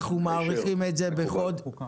מקובל.